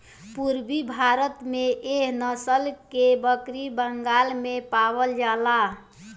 पूरबी भारत में एह नसल के बकरी बंगाल में पावल जाला